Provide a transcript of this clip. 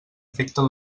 afecten